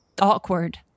awkward